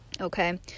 Okay